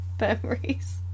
memories